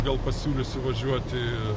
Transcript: gal pasiūlysiu važiuoti